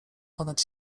ponad